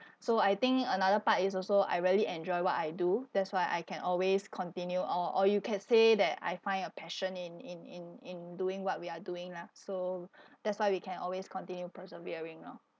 so I think another part is also I really enjoy what I do that's why I can always continue or or you can say that I find a passion in in in in doing what we are doing lah so that's why we can always continue persevering lor